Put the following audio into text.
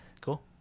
Cool